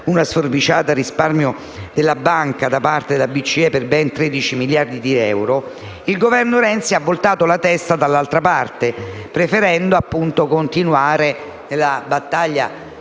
una sforbiciata al risparmio della banca da parte della BCE per ben 13 miliardi di euro), il Governo Renzi ha voltato la testa dall'altra parte, preferendo continuare la battaglia